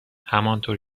همانطور